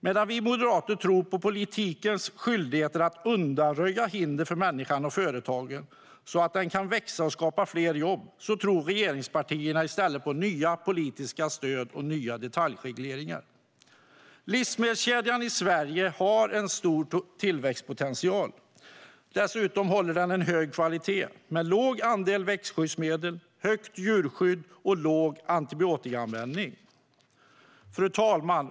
Medan vi moderater tror på politikens skyldigheter att undanröja hinder för människan och företagen så att de kan växa och skapa fler jobb tror regeringspartierna i stället på nya politiska stöd och nya detaljregleringar. Livsmedelskedjan i Sverige har en stor tillväxtpotential. Dessutom håller den hög kvalitet med låg andel växtskyddsmedel, högt djurskydd och låg antibiotikaanvändning. Fru talman!